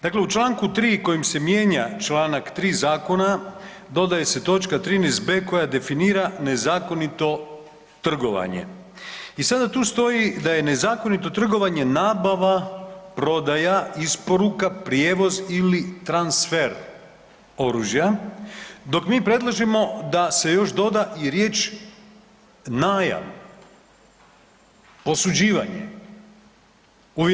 Dakle u čl. 3 kojim se mijenja čl. 3 zakona dodaje se točka 13.b koja definira nezakonito trgovanje i sada tu stoji da je nezakonito trgovanje nabava, prodaja, isporuka, prijevoz ili transfer oružja, dok mi predlažemo da se još doda i riječ najam, posuđivanje.